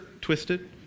twisted